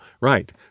right